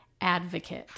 advocate